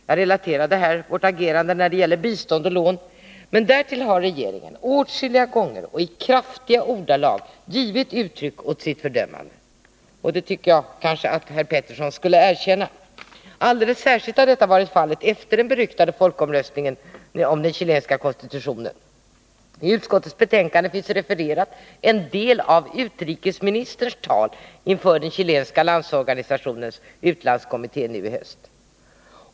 Jag relaterade här vårt agerande när det gäller bistånd och lån, men därtill har regeringen åtskilliga gånger och i kraftiga ordalag givit uttryck åt sitt fördömande — och det tycker jag att Hans Petersson skulle erkänna. Alldeles särskilt har detta varit fallet efter den beryktade folkomröstningen om den chilenska konstitutionen. I utskottets betänkande refereras en del av utrikesministerns tal inför den chilenska landsorganisationens utlandskommitté nu i höst.